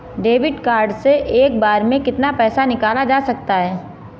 Debit card से एक बार में कितना पैसा निकाला जा सकता है?